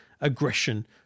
aggression